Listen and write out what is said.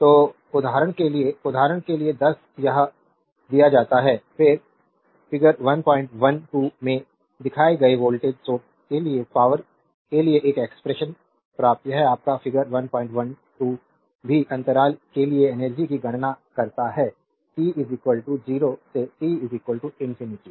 तो उदाहरण के लिए उदाहरण के लिए 10 यह दिया जाता है फिगर 112 में दिखाए गए वोल्टेज सोर्स के लिए पावरके लिए एक एक्सप्रेशन प्राप्त यह आपका फिगर 112 भी अंतराल के लिए एनर्जी की गणना करता है टी 0 से टी इंफिनिटी